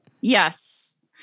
Yes